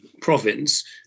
province